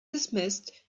dismissed